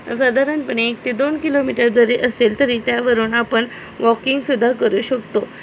साधारणपणे एक ते दोन किलोमीटर जरी असेल तरी त्यावरून आपन वॉकिंगसुद्धा करू शकतो